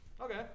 Okay